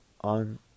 On